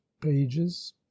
Pages